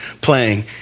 playing